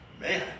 man